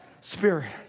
spirit